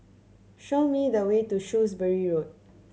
show me the way to Shrewsbury Road